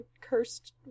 cursed